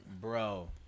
Bro